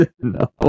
No